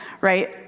right